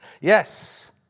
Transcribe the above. Yes